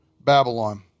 Babylon